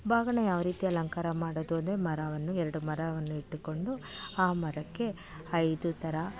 ಬಾಗಿಣ ಯಾವ ರೀತಿ ಅಲಂಕಾರ ಮಾಡೋದು ಅಂದರೆ ಮರವನ್ನು ಎರಡು ಮರವನ್ನು ಇಟ್ಟುಕೊಂಡು ಆ ಮರಕ್ಕೆ ಐದು ಥರ